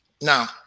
now